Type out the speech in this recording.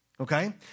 okay